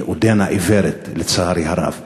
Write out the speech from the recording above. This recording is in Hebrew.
היא עודנה עיוורת, לצערי הרב.